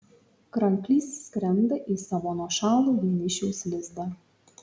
kranklys skrenda į savo nuošalų vienišiaus lizdą